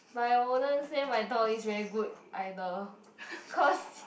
but I wouldn't say my dog is very good either cause